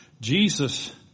Jesus